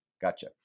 gotcha